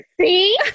see